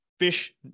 fish